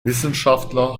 wissenschaftler